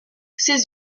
ses